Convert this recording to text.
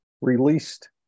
released